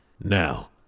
Now